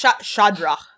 Shadrach